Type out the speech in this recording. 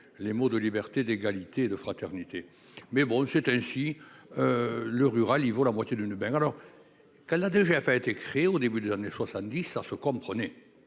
les mots de liberté, d'égalité, de fraternité, mais bon c'est ainsi le rural il vaut la moitié d'une banque, alors qu'elle a déjà fait, a été créée au début des années 70 ans se comprenez